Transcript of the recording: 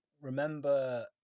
remember